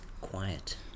quiet